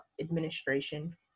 administration